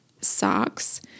socks